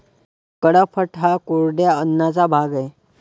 कडपह्नट हा कोरड्या अन्नाचा भाग आहे